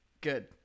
Good